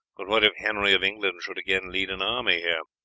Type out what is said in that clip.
but what if henry of england should again lead an army here?